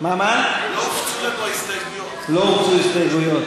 לא הופצו ההסתייגויות,